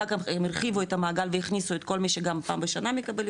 אחר כך הם הרחיבו את המעגל והכניסו את כל מי שגם פעם בשנה מקבל,